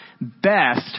best